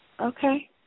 Okay